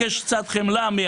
אני מבקש קצת חמלה.